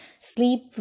sleep